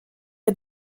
est